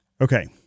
Okay